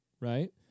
right